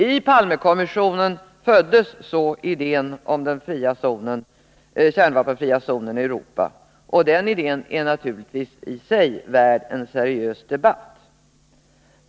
I Palmekommissionen föddes så idén om den kärnvapenfria zonen i Europa, och den idén är naturligtvis i sig värd en seriös debatt.